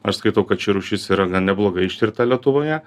aš skaitau kad ši rūšis yra gan neblogai ištirta lietuvoje